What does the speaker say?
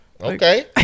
Okay